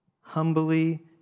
humbly